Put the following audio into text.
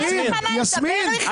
יש לך מה לדבר בכלל?